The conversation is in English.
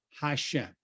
Hashem